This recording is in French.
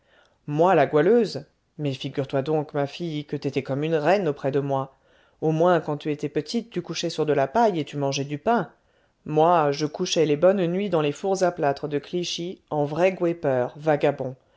moi la goualeuse mais figure-toi donc ma fille que t'étais comme une reine auprès de moi au moins quand tu étais petite tu couchais sur de la paille et tu mangeais du pain moi je couchais les bonnes nuits dans les fours à plâtre de clichy en vrai